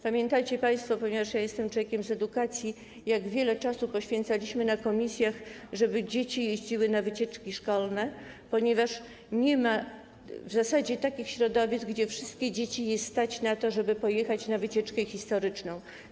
Pamiętajcie państwo, ponieważ ja jestem człowiekiem z edukacji, jak wiele czasu poświęcaliśmy w komisjach, żeby dzieci jeździły na wycieczki szkolne, ponieważ nie ma w zasadzie takich środowisk, w których wszystkie dzieci stać na to, żeby pojechać na wycieczkę historyczną.